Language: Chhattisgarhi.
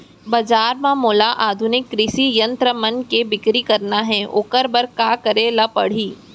बजार म मोला आधुनिक कृषि यंत्र मन के बिक्री करना हे ओखर बर का करे ल पड़ही?